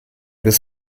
des